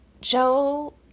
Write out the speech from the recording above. Joe